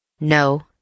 No